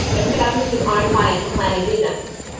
established his own financial planning business.